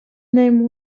name